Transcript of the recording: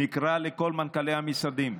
נקרא לכל מנכ"לי המשרדים.